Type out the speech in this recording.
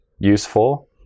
useful